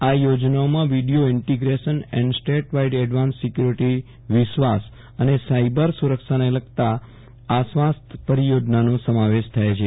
આ યોજનાઓમાં video integration and statewide advance security વિશ્વાસ અને સાઈબર સુ રક્ષાને લગતા આશ્વસ્ત પરિયોજનાનો સમાવેશ થાય છે